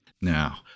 Now